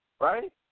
right